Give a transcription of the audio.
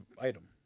item